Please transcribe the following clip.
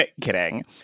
kidding